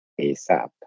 ASAP